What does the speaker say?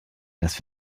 das